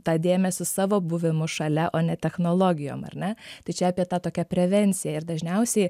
tą dėmesį savo buvimu šalia o ne technologijom ar ne tai čia apie tą tokią prevenciją ir dažniausiai